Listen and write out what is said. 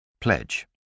Pledge